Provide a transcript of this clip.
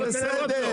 אני רוצה לענות לו.